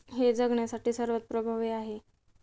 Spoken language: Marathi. हे जगण्यासाठी सर्वात प्रभावी आहे